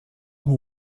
who